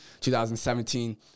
2017